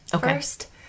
first